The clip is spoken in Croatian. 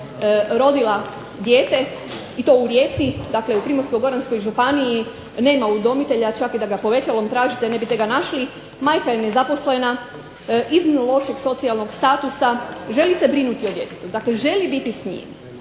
rodila dijete i to u Rijeci, dakle u Primorsko-goranskoj županiji nema udomitelja, čak i da ga povećalom tražite ne biste ga našli, majka je nezaposlena, iznimno lošeg socijalnog statusa, želi se brinuti o djetetu, dakle želi biti s njim.